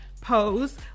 pose